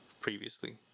previously